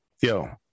Yo